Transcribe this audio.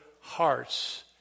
hearts